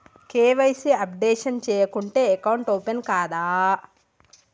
KYC updation చేయకుంటే account open కాదా?